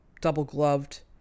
double-gloved